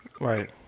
Right